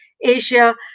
Asia